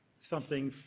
something,